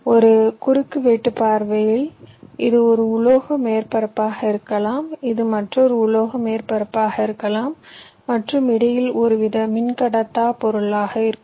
ஒரு குறுக்கு வெட்டு பார்வையில் இது ஒரு உலோக மேற்பரப்பாக இருக்கலாம் இது மற்றொரு உலோக மேற்பரப்பாக இருக்கலாம் மற்றும் இடையில் ஒருவித மின்கடத்தா பொருள் இருக்கும்